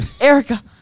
Erica